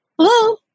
hello